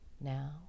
now